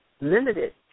limited